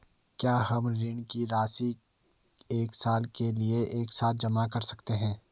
क्या हम ऋण की राशि एक साल के लिए एक साथ जमा कर सकते हैं?